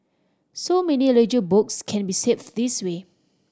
so many ledger books can be saved this way